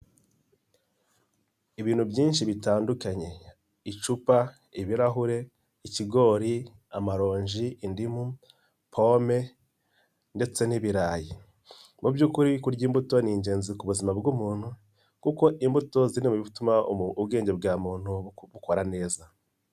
Ibintu byinshi bitandukanye icupa, ibirahure, ikigori, amaronji, indimu, pome ndetse n'ibirayi. Mu by'ukuri kurya imbuto ni ingenzi ku buzima bw'umuntu kuko imbuto ziri mu bituma ubwenge bwa muntu bukora neza.